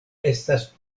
estas